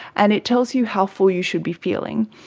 and it tells you how full you should be feeling.